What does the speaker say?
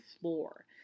floor